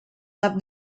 not